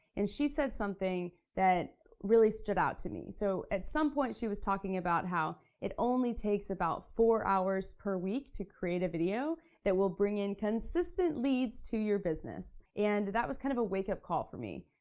and she said something that really stood out to me. so at some point she was talking about how it only takes about four hours per week to create a video that will bring in consistent leads to your business. and that was kind of a wake up call for me.